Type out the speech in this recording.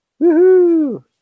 Woohoo